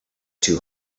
too